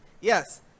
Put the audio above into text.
yes